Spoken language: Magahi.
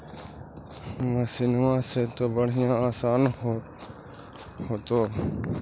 मसिनमा से तो बढ़िया आसन हो होतो?